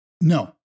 no